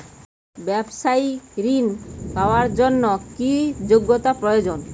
ব্যবসায়িক ঋণ পাওয়ার জন্যে কি যোগ্যতা প্রয়োজন?